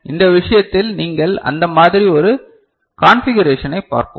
இந்த விஷயத்தில் நீங்கள் அந்த மாதிரி ஒரு காண்பிகரெசனை பார்ப்போம்